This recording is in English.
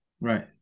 Right